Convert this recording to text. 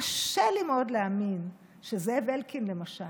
קשה לי מאוד להאמין שזאב אלקין, למשל,